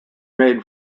made